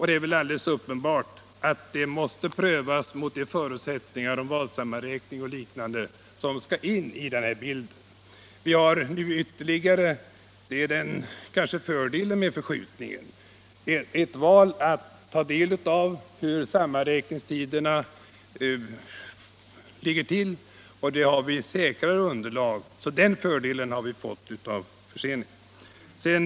Det är väl alldeles uppenbart att den saken måste prövas mot de förutsättningar i fråga om röstsammanräkning och liknande som skall in i den här bilden. Vi har nu ytterligare ett val att ta del av när det gäller hur sammanräkningstiderna ligger till, och därmed har vi ett säkrare underlag. Den fördelen har vi alltså fått av förseningen.